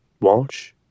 Walsh